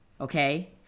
Okay